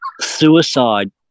suicide